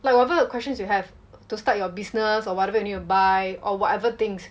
like whatever questions you have to start your business or whatever you need to buy or whatever things